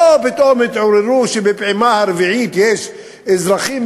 לא פתאום התעוררו שבפעימה הרביעית יש אזרחים,